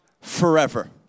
forever